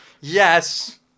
yes